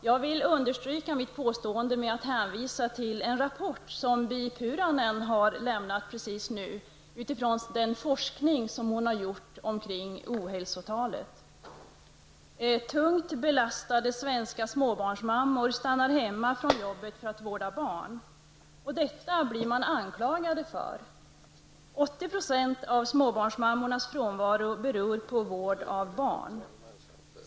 Jag vill understryka mitt påstående med att hänvisa till en rapport som Bi Puuranen har lagt fram utifrån den forskning hon har gjort kring ohälsotalet. Tungt belastade svenska småbarnsmammor stannar hemma från jobbet för att vårda barn. Detta blir de anklagade för. 80 % av småbarnsmammornas frånvaro beror på vård av barn.